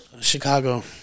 Chicago